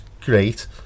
great